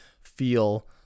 feel